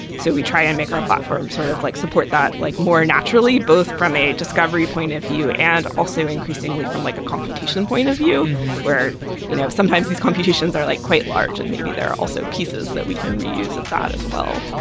so we try and make our platform sort of like support that like more naturally both from a discovery point of view and also increasingly from like a computation point of view where you know sometimes these computations are like quite large and maybe there are also pieces that we can reuse at that as well.